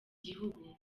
gihugu